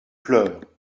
pleure